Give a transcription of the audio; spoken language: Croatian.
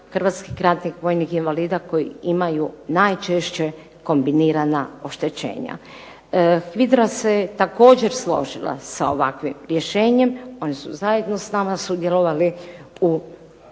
HVIDRA se također složila sa ovakvim rješenjem. Oni su zajedno s nama sudjelovali u